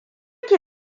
ki